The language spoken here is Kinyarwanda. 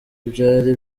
byari